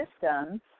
systems